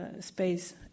space